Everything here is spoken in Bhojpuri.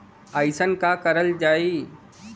अइसन का करल जाकि फसलों के ईद गिर्द कीट आएं ही न?